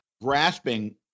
grasping